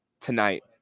tonight